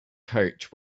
coach